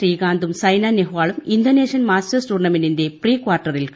ശ്രീകാന്തും സൈനാ നെഹ്വാളും Indonesian Masters ടൂർണമെന്റിന്റെ പ്രീക്വാർട്ടറിൽ കടന്നു